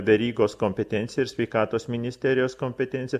verygos kompetencija ir sveikatos ministerijos kompetencija